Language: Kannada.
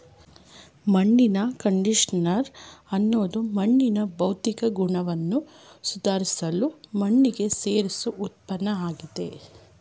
ಮಣ್ಣಿನ ಕಂಡಿಷನರ್ ಅನ್ನೋದು ಮಣ್ಣಿನ ಭೌತಿಕ ಗುಣನ ಸುಧಾರ್ಸಲು ಮಣ್ಣಿಗೆ ಸೇರ್ಸೋ ಉತ್ಪನ್ನಆಗಿದೆ